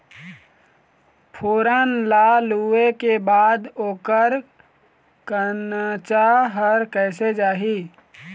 फोरन ला लुए के बाद ओकर कंनचा हर कैसे जाही?